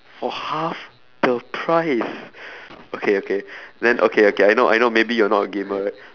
for half the price okay okay then okay okay I know I know maybe you're not a gamer right